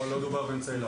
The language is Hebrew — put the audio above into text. לא מדובר באמצעים.